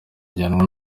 gihanwa